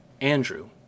Andrew